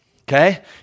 Okay